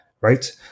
right